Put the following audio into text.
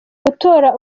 gutora